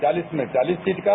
चालीस में चालीस सीट का